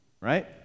right